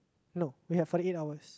no we have forty eight hours